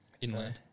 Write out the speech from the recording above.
Inland